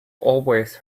always